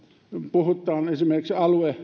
puhutaan esimerkiksi